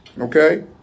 Okay